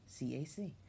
CAC